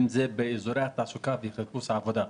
אם זה באזורי התעסוקה וחיפוש העבודה.